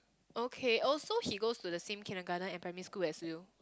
okay oh so he goes to the same kindergarten and primary school as you